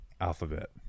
Alphabet